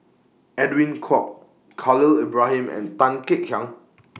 Edwin Koek Khalil Ibrahim and Tan Kek Hiang